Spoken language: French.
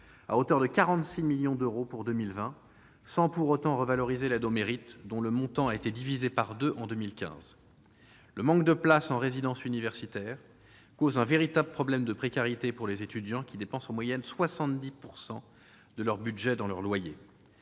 à hauteur de 46 millions d'euros, sans revaloriser l'aide au mérite, dont le montant a été divisé par deux en 2015. Le manque de places en résidences universitaires cause un véritable problème de précarité pour les étudiants, qui dépensent en moyenne 70 % de leur budget dans leur loyer.